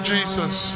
Jesus